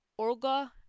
Orga